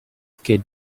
kid